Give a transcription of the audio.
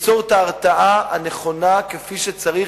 ותיצור את ההרתעה הנכונה כפי שצריך.